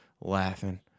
laughing